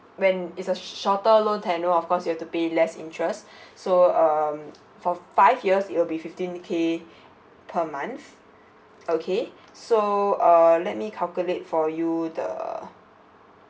when it's a shorter loan tenure of course you have to pay less interest so um for five years it'll be fifteen K per month okay so uh let me calculate for you the